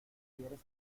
quieres